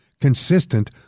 consistent